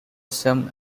some